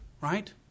right